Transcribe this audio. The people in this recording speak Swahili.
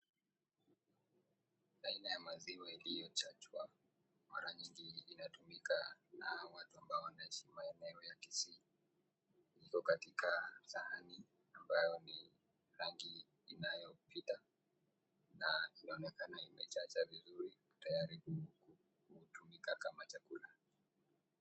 Aina ya maziwa iliyochachwa mara nyingi inatumika na watu ambao wanishi maeneo ya Kisii. Iko katika sahani ambayo ni rangi inayopita na inaonekana imechacha vizuri tayari kutumika kama chakula.